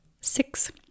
six